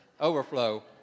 Overflow